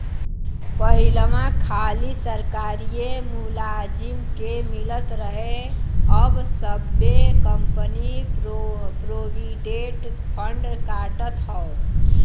पहिलवा खाली सरकारिए मुलाजिम के मिलत रहे अब सब्बे कंपनी प्रोविडेंट फ़ंड काटत हौ